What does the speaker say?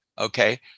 Okay